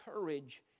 courage